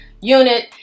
unit